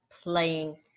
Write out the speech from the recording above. playing